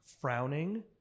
frowning